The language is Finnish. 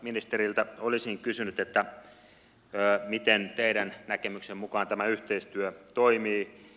ministeriltä olisin kysynyt miten teidän näkemyksenne mukaan tämä yhteistyö toimii